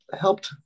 helped